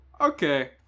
okay